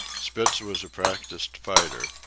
spitz was a practised fighter.